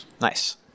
Nice